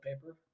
paper